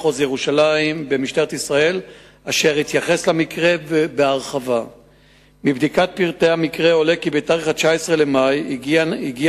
14. רצוני